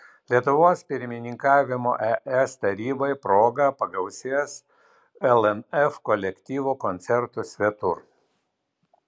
lietuvos pirmininkavimo es tarybai proga pagausės lnf kolektyvų koncertų svetur